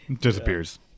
Disappears